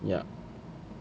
yup